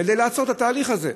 כדי לעצור את התהליך הזה.